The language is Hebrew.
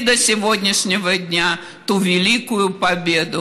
תודה רבה לשרה סופה לנדבר.